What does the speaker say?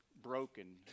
broken